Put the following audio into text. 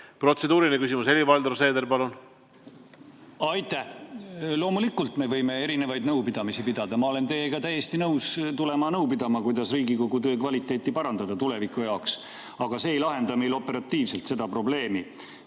Protseduuriline küsimus, Helir-Valdor Seeder, palun! Aitäh! Loomulikult me võime erinevaid nõupidamisi pidada. Ma olen täiesti nõus tulema teiega nõu pidama, kuidas Riigikogu töö kvaliteeti parandada tuleviku jaoks. Aga see ei lahenda meil operatiivselt seda probleemi.